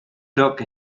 took